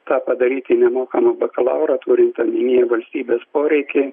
tą padaryti nemokamą bakalaurą turint omenyje valstybės poreikį